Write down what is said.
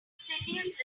silliest